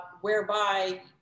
whereby